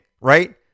right